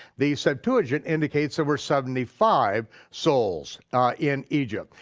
the septuagint indicates there were seventy five souls in egypt.